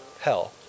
hell